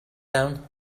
down